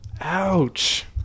Ouch